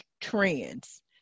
trends